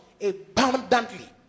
abundantly